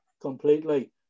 completely